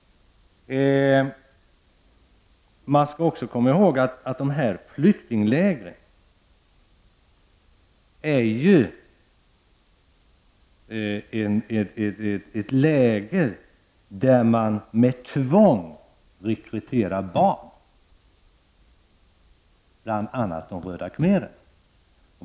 Man skall också komma ihåg att bl.a. röda khmererna från dessa flyktingläger med tvång rekryterar barn.